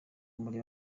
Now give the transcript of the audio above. muri